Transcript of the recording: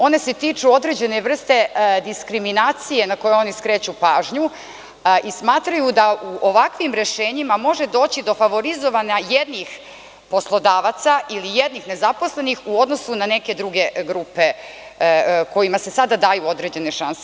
One se tiču određene vrste diskriminacije, na koju oni skreću pažnju i smatraju da u ovakvim rešenjima može doći do favorizovanja jednih poslodavaca ili jednih nezaposlenih u odnosu na neke druge grupe kojima se sada daju određene šanse.